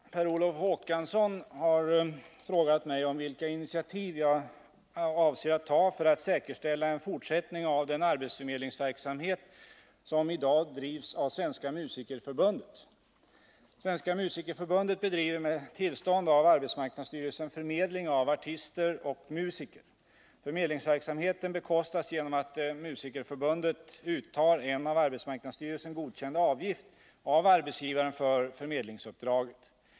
Herr talman! Per Olof Håkansson har frågat mig vilka initiativ jag avser att ta för att säkerställa en fortsättning av den arbetsförmedlingsverksamhet som i dag drivs av Svenska musikerförbundet. Svenska musikerförbundet bedriver med tillstånd av arbetsmarknadsstyrelsen förmedling av artister och musiker. Förmedlingsverksamheten bekostas genom att Musikerförbundet uttar en av arbetsmarknadsstyrelsen godkänd avgift av arbetsgivaren för förmedlingsuppdraget.